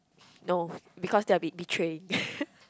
no because there will be betraying